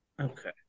Okay